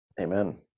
Amen